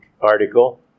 article